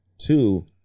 Two